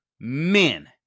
men